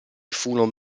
furono